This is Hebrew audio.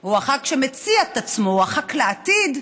או הח"כ שמציע את עצמו, הח"כ לעתיד,